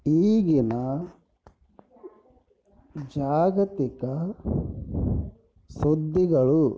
ಈಗಿನ ಜಾಗತಿಕ ಸುದ್ದಿಗಳು